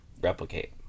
replicate